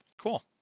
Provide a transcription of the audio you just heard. cool